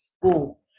school